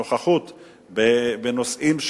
הנוכחות בנושאים,